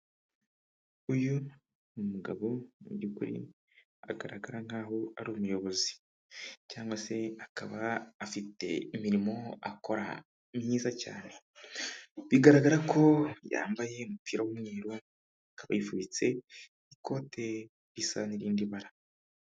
Uyu ni umugabo mu byukuri agaragara nk'aho ari umuyobozi cyangwa se akaba afite imirimo akora myiza cyane, bigaragara ko yambaye umupira w'umweru akaba yifubitse ikote risa n'irindi bara.